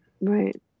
Right